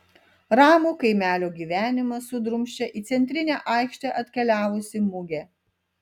ramų kaimelio gyvenimą sudrumsčia į centrinę aikštę atkeliavusi mugė